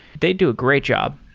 they do a great job.